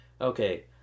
Okay